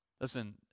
Listen